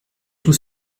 tous